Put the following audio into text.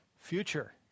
future